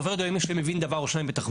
זה הופך אותי למי שמבין דבר או שניים בתחבורה.